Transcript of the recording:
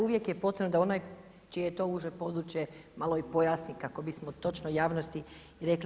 Uvijek je potrebno da onaj čije je to uže područje malo i pojasni kako bismo točno javnosti rekli.